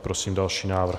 Prosím další návrh.